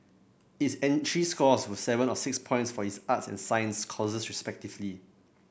its entry scores were seven and six points for its arts and science courses respectively